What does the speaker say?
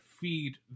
feed